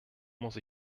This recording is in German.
muss